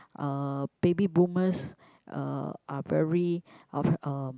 uh baby boomers uh are very of um